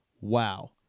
Wow